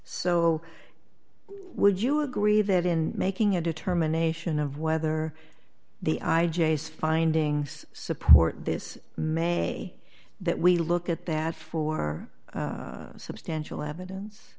so would you agree that in making a determination of whether the i j a is findings support this may that we look at that for substantial evidence